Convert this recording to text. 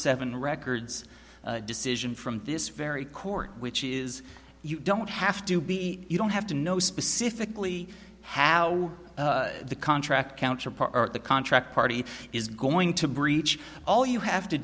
seven records decision from this very court which is you don't have to be you don't have to know specifically how the contract counterpart the contract party is going to breach all you have to